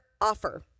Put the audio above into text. offer